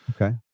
Okay